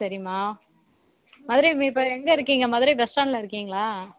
சரிம்மா மதுரையில இப்போ எங்கே இருக்கிங்க மதுரை பஸ் ஸ்டாண்டில் இருக்கிங்களா